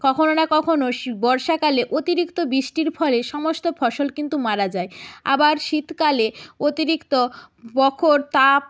কখনো না কখনো শী বর্ষাকালে অতিরিক্ত বৃষ্টির ফলে সমস্ত ফসল কিন্তু মারা যায় আবার শীতকালে অতিরিক্ত প্রখর তাপ